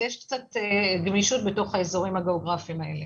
יש קצת גמישות בתוך האזורים הגאוגרפיים האלה.